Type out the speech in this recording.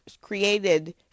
created